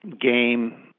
game